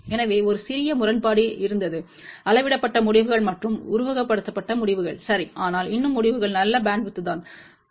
எனவே ஒரு சிறிய முரண்பாடு இருந்தது அளவிடப்பட்ட முடிவுகள் மற்றும் உருவகப்படுத்தப்பட்ட முடிவுகள் சரி ஆனால் இன்னும் முடிவுகள் நல்ல பேண்ட்வித்தான் 19